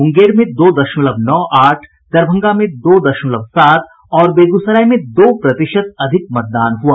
मुंगेर में दो दशमलव नौ आठ दरभंगा में दो दशमलव सात और बेगूसराय में दो प्रतिशत अधिक मतदान हुआ